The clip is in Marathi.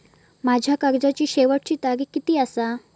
माझ्या कर्जाची शेवटची तारीख किती आसा?